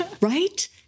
right